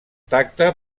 tacte